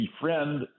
befriend